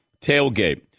Tailgate